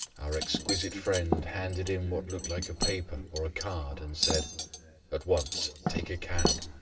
our exquisite friend handed in what looked like a paper or a card and said at once. take a cab.